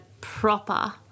proper